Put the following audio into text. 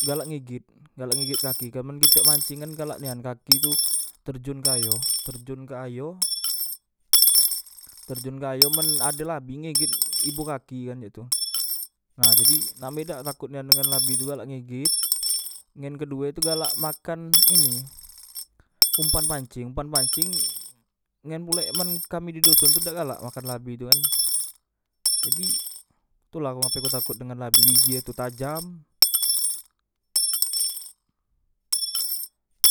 Galak ngeget galak ngeget kaki amen kite manceng kan galak nia kaki tu terjon ke ayo terjon ke ayo terjon ke ayo men ade labi ngeget ibu kaki kan cak tu nah jadi name dak takotnian dengan labi tu galak ngeget ngen kedue tu galak makan ini umpan panceng umpan pancing ngen pulek kami di doson tu dak galak makan labi tukan jadi tula ngape ku takot dengan labi gigie tu tajam